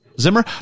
zimmer